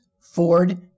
Ford